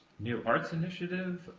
new arts initiative.